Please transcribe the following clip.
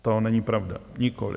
To není pravda, nikoliv.